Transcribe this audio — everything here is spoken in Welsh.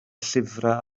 llyfrau